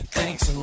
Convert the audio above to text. thanks